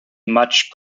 much